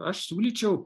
aš siūlyčiau